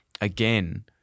again